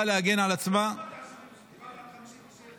להגן על עצמה --- לא דיברתי על 73',